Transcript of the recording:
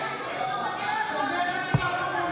זה מרצ והקומוניסטים.